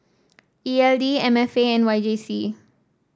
E L D M F A and Y J C